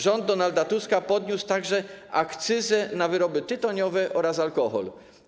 Rząd Donalda Tuska podniósł także akcyzę na wyroby tytoniowe oraz alkohol.